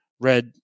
read